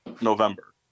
November